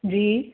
जी